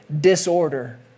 disorder